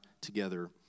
together